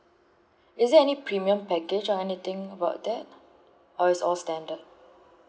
is there any premium package or anything about that or it's all standard